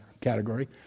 category